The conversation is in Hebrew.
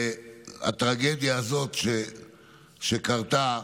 והטרגדיה הזאת שקרתה